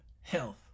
health